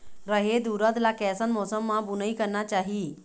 रहेर उरद ला कैसन मौसम मा बुनई करना चाही?